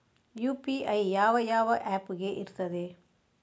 UPI ಯಾವ ಯಾವ app ಗೆ ಇರ್ತದೆ?